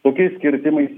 tokiais kirtimais